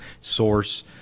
source